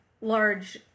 large